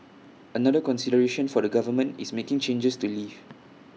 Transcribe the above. another consideration for the government is making changes to leave